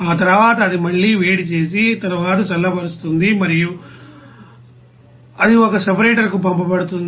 ఆ తరువాత అది మళ్ళీ వేడి చేసి తరువాత చల్లబరుస్తుంది మరియు తరువాత అది ఒక సెపరేటర్కు పంపబడుతుంది